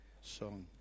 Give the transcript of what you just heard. song